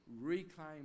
reclaim